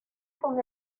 con